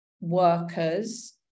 workers